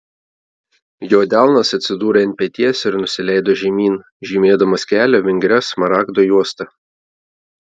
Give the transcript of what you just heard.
jo delnas atsidūrė ant peties ir nusileido žemyn žymėdamas kelią vingria smaragdo juosta